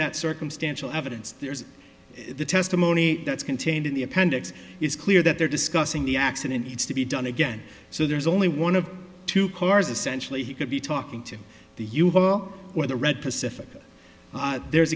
that circumstantial evidence there's the testimony that's contained in the appendix it's clear that they're discussing the accident needs to be done again so there's only one of two cars essentially he could be talking to the you well or the red pacific there's